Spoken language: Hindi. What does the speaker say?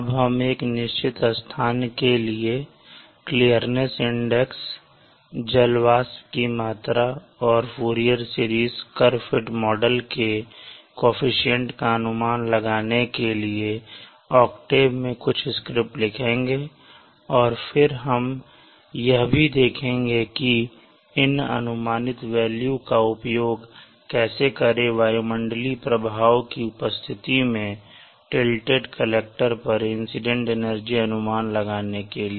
अब हम एक निश्चित स्थान के लिए क्लीर्निस इंडेक्स जल वाष्प की मात्रा और Fourier series curve fit model के कोअफिशन्ट का अनुमान लगाने के लिए ऑक्टेव में कुछ स्क्रिप्ट लिखेंगे और फिर हम यह भी देखेंगे कि इन अनुमानित वेल्यू का उपयोग कैसे करें वायुमंडलीय प्रभावों की उपस्थिति में टिल्टेड कलेक्टर पर इंसिडेंट एनर्जी का अनुमान लगाने के लिए